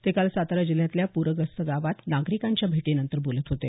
ते काल सातारा जिल्ह्यातल्या पूरग्रस्त गावांत नागरिकांच्या भेटीनंतर बोलत होते